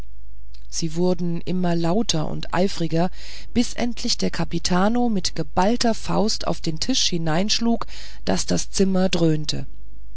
sie wurden immer lauter und eifriger bis endlich der kapitano mit geballter faust auf den tisch hineinschlug daß das zimmer dröhnte